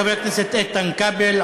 חברי הכנסת איתן כבל,